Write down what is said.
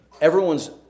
everyone's